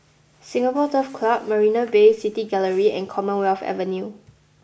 Singapore Turf Club Marina Bay City Gallery and Commonwealth Avenue